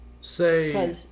Say